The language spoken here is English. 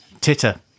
Titter